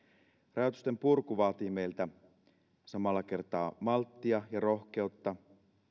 rajoitusten purku vaatii meiltä samalla kertaa malttia ja rohkeutta